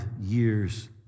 years